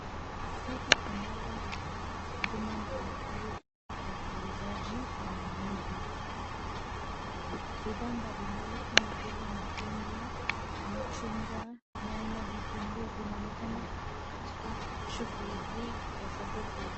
Soko ambalo lina huduma mbalimbali za uuzaji na ununuzi. Bidhaa mbalimbali kama vile mahindi, machungwa, nyanya, vitunguu vinaonekana katika shughuli hii ya soko hii.